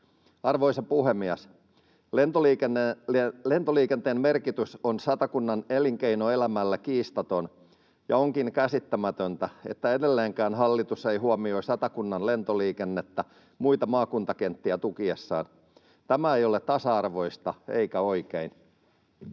Arvoisa puhemies! Lentoliikenteen merkitys on Satakunnan elinkeinoelämälle kiistaton, ja onkin käsittämätöntä, että edelleenkään hallitus ei huomioi Satakunnan lentoliikennettä muita maakuntakenttiä tukiessaan. Tämä ei ole tasa-arvoista eikä oikein.